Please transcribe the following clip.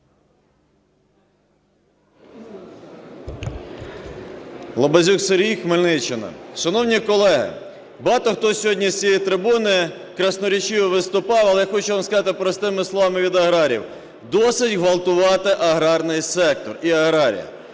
Лабазюк Сергій, Хмельниччина. Шановні колеги, багато хто сьогодні з цієї трибуни красноречиво виступав. Але хочу вам сказати простими словами від аграріїв: досить ґвалтувати аграрний сектор і аграріїв.